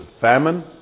famine